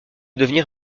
devenir